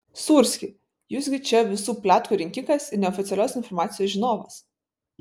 sūrski jūs gi čia visų pletkų rinkikas ir neoficialios informacijos žinovas